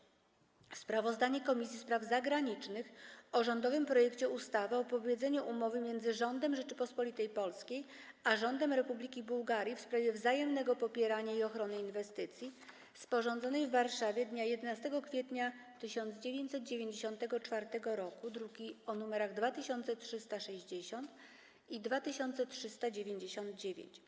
31. Sprawozdanie Komisji Spraw Zagranicznych o rządowym projekcie ustawy o wypowiedzeniu Umowy między Rządem Rzeczypospolitej Polskiej a Rządem Republiki Bułgarii w sprawie wzajemnego popierania i ochrony inwestycji, sporządzonej w Warszawie dnia 11 kwietnia 1994 r. (druki nr 2360 i 2399)